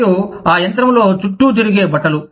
మరియు ఆ యంత్రంలో చుట్టూ తిరిగే బట్టలు